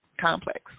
complex